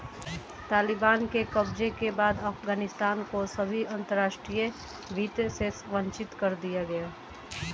तालिबान के कब्जे के बाद अफगानिस्तान को सभी अंतरराष्ट्रीय वित्त से वंचित कर दिया गया